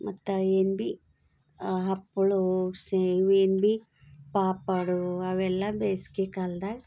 ಮತ್ತು ಏನು ಬಿ ಹಪ್ಪಳ ಸೇವ್ ಏನು ಬಿ ಪಾಪಾಡು ಅವೆಲ್ಲ ಬೇಸ್ಗೆ ಕಾಲ್ದಾಗ